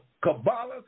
Kabbalah